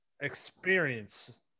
experience